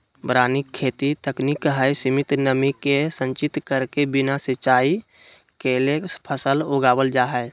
वारानी खेती तकनीक हई, सीमित नमी के संचित करके बिना सिंचाई कैले फसल उगावल जा हई